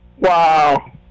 Wow